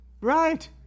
Right